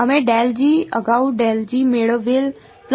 અમે અગાઉ મેળવેલ છે